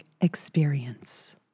experience